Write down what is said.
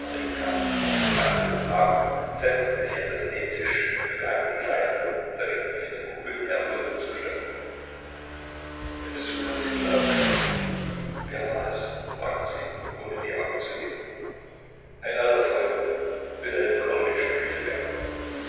nahm den mantel vom haken setzte sich an das nähtischchen und begann die kleinen runden löcher die von den kugeln herrührten zu stopfen der besuch hat sie wohl aufgeregt wer war es fragte sie ohne die augen zu heben ein alter freund wilhelm